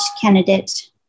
candidate